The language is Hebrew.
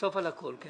זה